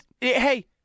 Hey